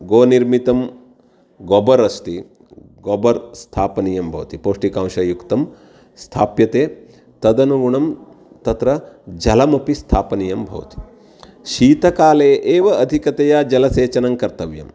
गोनिर्मितं गोबर् अस्ति गोबर् स्थापनीयं भवति पौष्टिकांश युक्तं स्थाप्यते तदनुगुणं तत्र जलमपि स्थापनीयं भवति शीतकाले एव अधिकतया जलसेचनं कर्तव्यम्